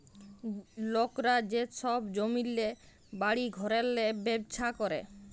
লকরা যে ছব জমিল্লে, বাড়ি ঘরেল্লে ব্যবছা ক্যরে